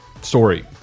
story